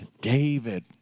David